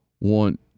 want